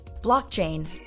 Blockchain